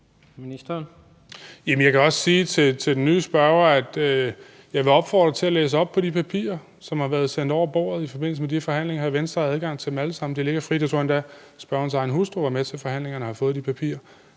jeg vil opfordre til at læse op på de papirer, som har været sendt over bordet i forbindelse med de her forhandlinger. Venstre har adgang til dem alle sammen; de ligger frit. Jeg tror endda, spørgerens egen hustru var med til forhandlingerne og har fået de papirer.